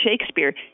Shakespeare